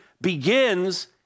begins